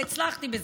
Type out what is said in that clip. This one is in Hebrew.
והצלחתי בזה.